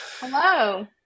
hello